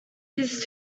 his